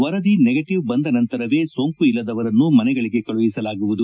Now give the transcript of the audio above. ವರದಿ ನೆಗೆಟಿವ್ ಬಂದ ನಂತರವೇ ಸೋಂಕು ಇಲ್ಲದವರನ್ನು ಮನೆಗಳಿಗೆ ಕಳುಹಿಸಲಾಗುವುದು